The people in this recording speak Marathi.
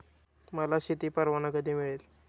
मला शेती परवाना कधी मिळेल?